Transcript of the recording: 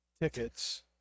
Tickets